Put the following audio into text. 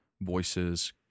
voices